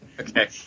Okay